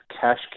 cash